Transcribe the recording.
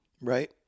Right